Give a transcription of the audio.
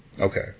okay